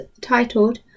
titled